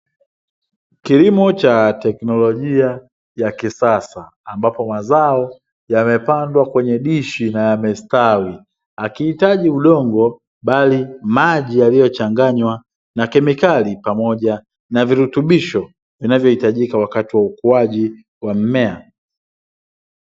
Kilimo cha teknolojia ya kisasa, ambapo mazao yamepandwa kwenye dishi na yamestawi, hakihitaji udongo, bali maji yaliyochanganywa na kemikali pamoja na virutubisho vinavyohitajika wakati wa ukuaji wa mmea.